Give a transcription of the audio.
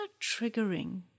triggering